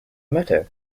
matter